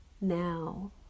Now